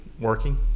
working